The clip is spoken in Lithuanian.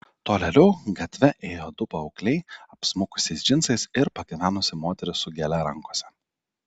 tolėliau gatve ėjo du paaugliai apsmukusiais džinsais ir pagyvenusi moteris su gėle rankose